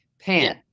Pan